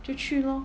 就去 lor